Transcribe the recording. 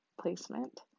placement